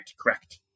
Correct